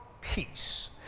peace